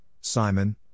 Simon